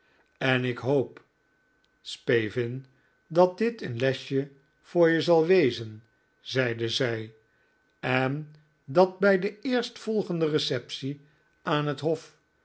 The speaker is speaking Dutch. en ik hoop spavin dat dit een lesje voor je zal wezen zeide zij en dat bij de eerstvolgende receptie aan het hof